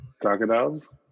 crocodiles